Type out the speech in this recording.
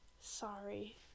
sorry